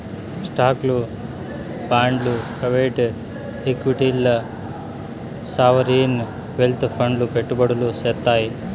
స్టాక్లు, బాండ్లు ప్రైవేట్ ఈక్విటీల్ల సావరీన్ వెల్త్ ఫండ్లు పెట్టుబడులు సేత్తాయి